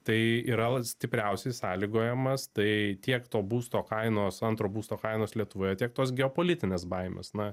tai yra stipriausiai sąlygojamas tai tiek to būsto kainos antro būsto kainos lietuvoje tiek tos geopolitinės baimės na